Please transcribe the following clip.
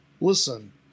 listen